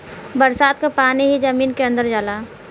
बरसात क पानी ही जमीन के अंदर जाला